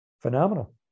phenomenal